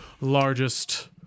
largest